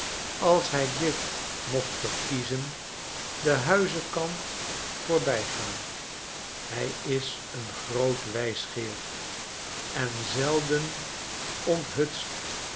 als hij ditmocht verkiezen den huizenkant voorbygaan hij is een groot wysgeer en zelden onthutst